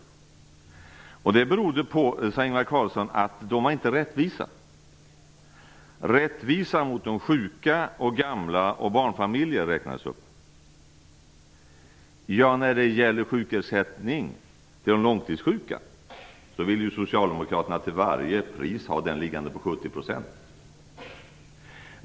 Ingvar Carlsson säger vidare att det berodde på att de inte var rättvisa mot de sjuka, de gamla och barnfamiljerna. Sjukersättningen till de långtidssjuka vill Socialdemokraterna till varje pris ha på 70 %.